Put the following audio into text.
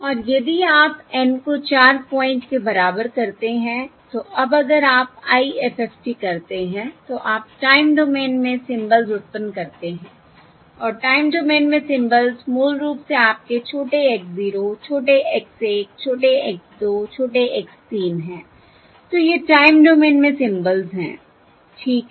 और यदि आप N को 4 पॉइंट के बराबर करते हैं तो अब अगर आप IFFT करते हैं तो आप टाइम डोमेन में सिंबल्स उत्पन्न करते हैं और टाइम डोमेन में सिंबल्स मूल रूप से आपके छोटे x 0 छोटे x 1 छोटे x 2 छोटे x 3 हैं तो ये टाइम डोमेन में सिंबल्स हैं ठीक है